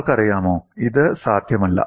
നിങ്ങൾക്കറിയാമോ ഇത് സാധ്യമല്ല